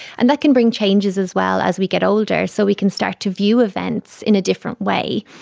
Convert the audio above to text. and that can bring changes as well as we get older, so we can start to view events in a different way.